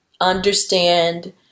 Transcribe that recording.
understand